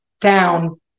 down